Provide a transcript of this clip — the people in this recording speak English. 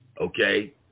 Okay